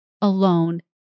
alone